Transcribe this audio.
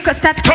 start